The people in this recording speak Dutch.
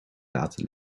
laten